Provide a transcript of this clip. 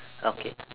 okay